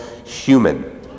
human